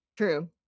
true